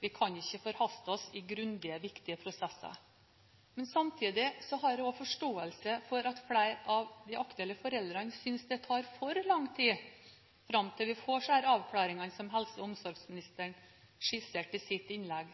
Vi kan ikke forhaste oss i grundige, viktige prosesser. Men samtidig har jeg også forståelse for at flere av de aktuelle foreldrene synes det tar for lang tid. Fram til vi får de avklaringene som helse- og omsorgsministeren skisserte i sitt innlegg,